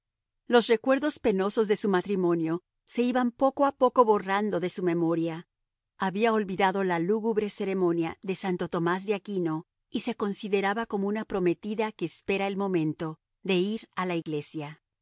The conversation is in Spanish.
los recuerdos penosos de su matrimonio se iban poco a poco borrando de su memoria había olvidado la lúgubre ceremonia de santo tomás de aquino y se consideraba como una prometida que espera el momento de ir a la iglesia